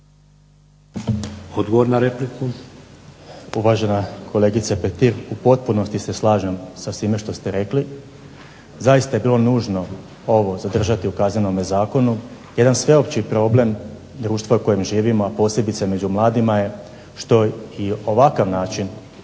Josip (HDZ)** Uvažena kolegice Petir, u potpunosti se slažem sa svime što ste rekli. Zaista je bilo nužno ovo zadržati u Kaznenom zakonu. Jedan sveopći problem društva u kojem živimo, posebice među mladima je što i ovakav način